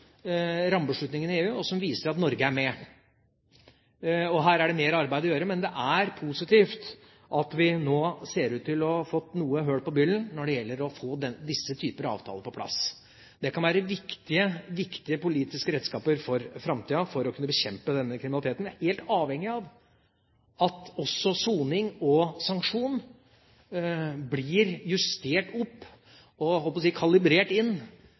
i EU, og som viser at Norge er med. Og her er det mer arbeid å gjøre. Men det er positivt at vi nå ser ut til å ha fått noe hull på byllen når det gjelder å få disse typer avtaler på plass. Det kan være viktige politiske redskaper for framtida for å kunne bekjempe denne kriminaliteten. Men vi er helt avhengig av at også soning og sanksjon blir justert opp og, jeg holdt på å si, kalibrert inn,